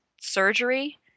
surgery